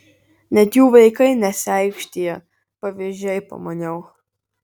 net jų vaikai nesiaikštija pavydžiai pamaniau